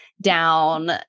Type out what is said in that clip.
down